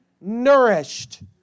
nourished